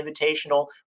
Invitational